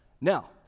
Now